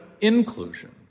inclusion